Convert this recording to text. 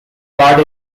party